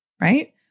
right